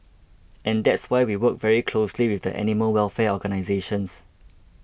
and that's why we work very closely with the animal welfare organisations